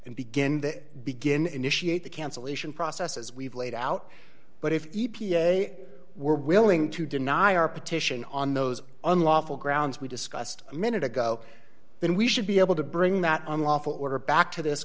and begin the begin initiate the cancellation process as we've laid out but if e p a were willing to deny our petition on those unlawful grounds we discussed a minute ago then we should be able to bring that unlawful order back to this